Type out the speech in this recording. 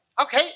Okay